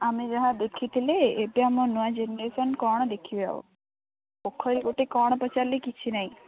ଆମେ ଯାହା ଦେଖିଥିଲେ ଏବେ ଆମ ନୂଆ ଜେନେରେସନ୍ କ'ଣ ଦେଖିବେ ଆଉ ପୋଖରି ଗୋଟେ କ'ଣ ପଚାରିଲେ କିଛି ନାଇଁ